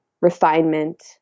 refinement